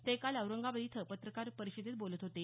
ते काल औरंगाबाद इथं पत्रकार परिषदेत बोलत होते